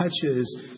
touches